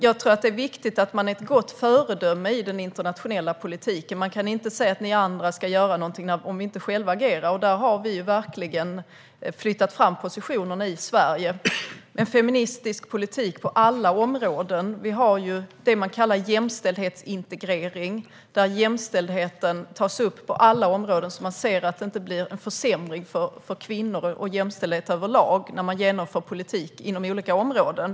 Jag tror att det är viktigt att man är ett gott föredöme i den internationella politiken. Vi kan inte säga att andra ska göra någonting om vi inte själva agerar. Där har vi verkligen flyttat fram positionerna i Sverige med en feministisk politik på alla områden. Vi har det som man kallar jämställdhetsintegrering, där jämställdheten tas upp på alla områden så att man ser att det inte blir en försämring för kvinnor och jämställdhet överlag när man genomför politik inom olika områden.